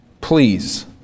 Please